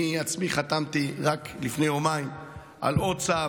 אני עצמי חתמתי רק לפני יומיים על עוד צו